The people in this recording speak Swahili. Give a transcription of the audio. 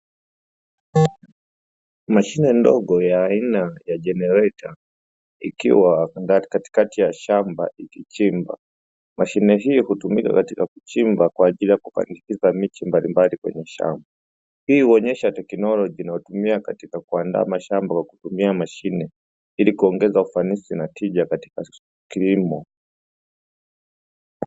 Mashine ndogo ya aina ya jenereta ikiwa angani katikati ya shamba ikichimba. Mashine hiyo hutumika katika kuchimba kwa ajili ya kupandikiza miche mbalimbali kwenye shamba, hii huonyesha teknolojia inayotumika katika kuandaa mashamba kwa kutumia mashine ili kuongeza ufanisi na tija katika kilimo.